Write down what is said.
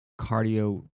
cardio